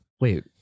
Wait